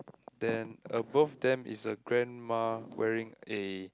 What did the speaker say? then above them is a grandma wearing a